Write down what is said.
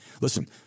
Listen